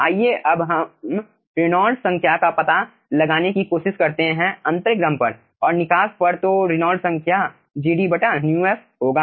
आइए अब हम रेनॉल्ड्स संख्या Reynold's number का पता लगाने की कोशिश करते हैं अंतर्गम पर और निकास पर तो रेनॉल्ड्स संख्या Reynold's number GD μf होगा